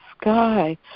sky